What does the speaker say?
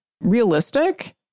realistic